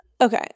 okay